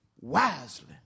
wisely